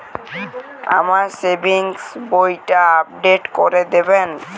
আমার সেভিংস বইটা আপডেট করে দেবেন?